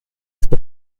ist